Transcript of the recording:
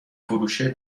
فروشی